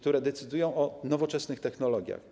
To decyduje o nowoczesnych technologiach.